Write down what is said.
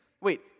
Wait